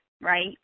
right